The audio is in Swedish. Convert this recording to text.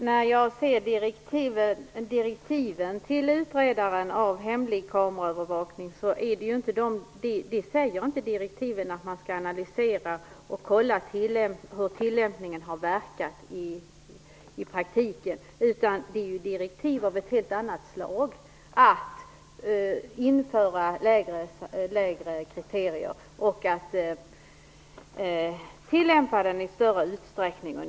Fru talman! Enligt direktiven till utredningen av hemlig kameraövervakning skulle man inte analysera och kontrollera hur tillämpningen har verkat i praktiken. Det är ju direktiv av ett helt annat slag, nämligen om att införa lägre kriterier och att tillämpa dem i större utsträckning.